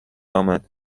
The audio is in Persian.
آمد